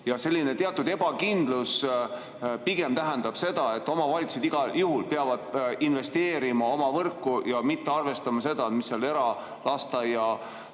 Selline teatud ebakindlus tähendab seda, et omavalitsused igal juhul peavad investeerima oma võrku ja mitte arvestama seda, mida seal eralasteaias